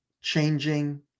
Changing